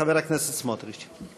חבר הכנסת סמוטריץ.